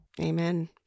Amen